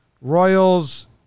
Royals